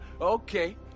Okay